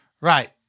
Right